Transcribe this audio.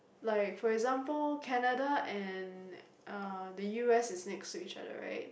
like for example Canada and uh the U_S is next to each other right